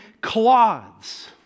cloths